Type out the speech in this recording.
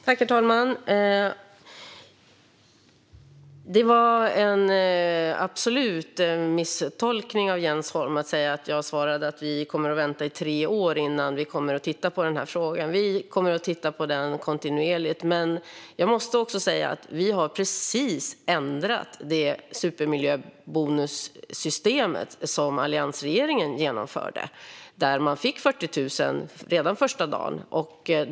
Herr talman! Det var absolut en misstolkning av Jens Holm när han sa att jag svarade att vi kommer att vänta i tre år innan vi tittar på den här frågan. Nej, vi kommer att titta på den kontinuerligt. Men jag måste också säga att vi precis har ändrat det supermiljöbonussystem som alliansregeringen införde, där man fick 40 000 redan första dagen.